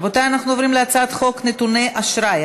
בעד, 41, נגד, 32, אין